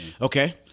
Okay